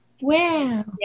Wow